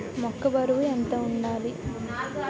మొక్కొ బరువు ఎంత వుండాలి?